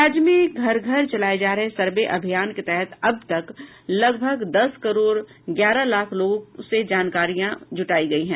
राज्य में घर घर चलाये जा रहे सर्वे अभियान के तहत अब तक लगभग दस करोड़ ग्यारह लाख लोगों से जानकारियां जुटायी गयी हैं